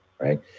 right